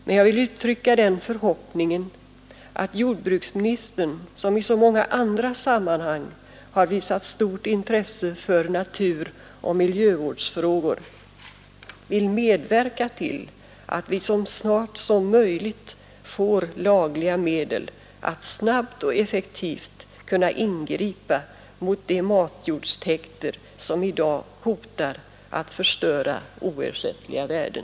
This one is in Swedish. Men jag vill uttrycka den förhoppningen att jordbruksministern, som i så många andra sammanhang har visat stort intresse för naturoch miljövårdsfrågor, vill medverka till att vi så snart som möjligt får lagliga medel att snabbt och effektivt kunna ingripa mot de matjordstäkter som i dag hotar att förstöra oersättliga värden.